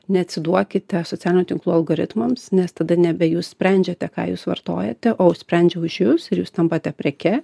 neatsiduokite socialinių tinklų algoritmams nes tada nebe jūs sprendžiate ką jūs vartojate o sprendžia už jus ir jūs tampate preke